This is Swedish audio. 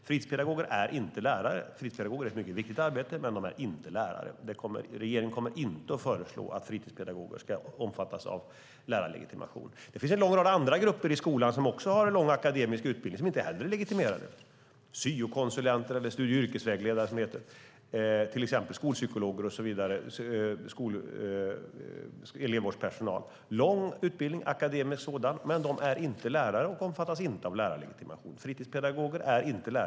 Fritidspedagoger är inte lärare. Fritidspedagoger har ett mycket viktigt arbete, men de är inte lärare. Regeringen kommer inte att föreslå att fritidspedagoger ska omfattas av lärarlegitimationen. Det finns en lång rad andra grupper i skolan som också har en lång akademisk utbildning och som inte heller är legitimerade, till exempel syokonsulenter - alltså studie och yrkesvägledare - skolpsykologer, elevvårdspersonal och så vidare. De har långa akademiska utbildningar bakom sig, men de är inte lärare och omfattas inte av lärarlegitimationen. Fritidspedagoger är inte lärare.